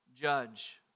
Judge